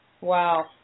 Wow